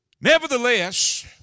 Nevertheless